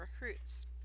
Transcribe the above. recruits